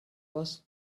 was